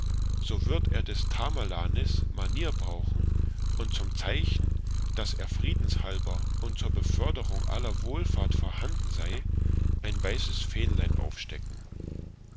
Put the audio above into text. so wird er des tamerlanis manier brauchen und zum zeichen daß er friedens halber und zu beförderung aller wohlfahrt vorhanden sei ein weißes fähnlein aufstecken